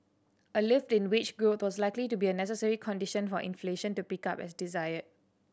a lift in wage growth was likely to be a necessary condition for inflation to pick up as desired